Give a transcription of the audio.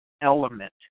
element